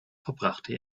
verbrachte